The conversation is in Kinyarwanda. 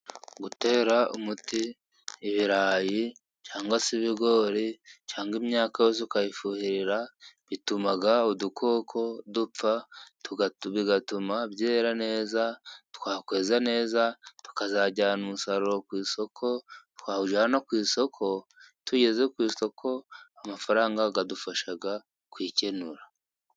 Gutera umuti ibirayi, cyangwa se ibigori, cyangwa imyaka yose ukayifuhira, bituma udukoko dupfa, bigatuma byera neza, twakweza neza tukazajyana umusaruro ku isoko, twawujyana ku isoko, iyo tugeze ku isoko amafaranga yadufasha kwikenura.